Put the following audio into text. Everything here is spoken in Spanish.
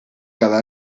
cada